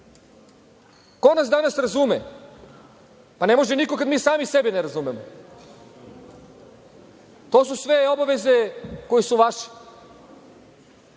Ko nas danas razume? Ne može niko, kada mi sami sebe ne razumemo. To su sve obaveze koje su vaše.